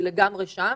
אני לגמרי שם.